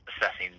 assessing